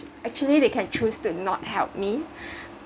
actually they can choose to not help me